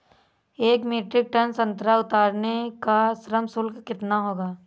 एक metric ton संतरा उतारने का श्रम शुल्क कितना होगा?